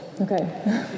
Okay